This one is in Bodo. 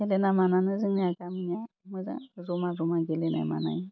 गेलेना मानानै जोंनिया गामिया मोजां जमा जमा गेलेनाय मानाय